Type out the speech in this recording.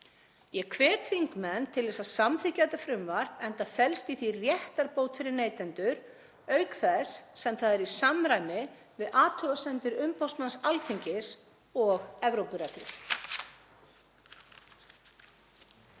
Ég hvet þingmenn til að samþykkja þetta frumvarp enda felst í því réttarbót fyrir neytendur, auk þess sem það er í samræmi við athugasemdir umboðsmanns Alþingis og Evrópureglur.